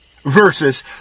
versus